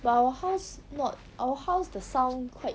but our house not our house the sound quite